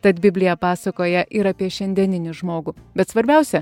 tad biblija pasakoja ir apie šiandieninį žmogų bet svarbiausia